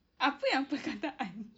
apa yang perkataan